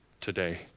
today